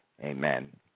amen